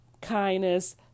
kindness